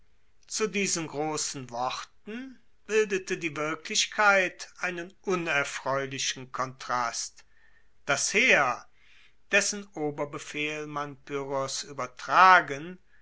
zu diesen grossen worten bildete die wirklichkeit einen unerfreulichen kontrast das heer dessen oberbefehl man pyrrhos uebertragen